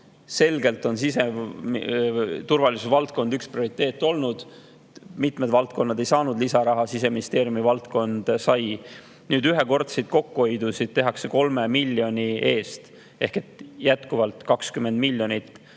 Selgelt on siseturvalisuse valdkond üks prioriteet olnud, mitmed valdkonnad ei saanud lisaraha, Siseministeeriumi valdkond sai. Nüüd, ühekordset kokkuhoidu tehakse 3 miljoni eest ehk jätkuvalt on